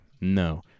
No